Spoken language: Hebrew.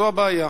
זו הבעיה.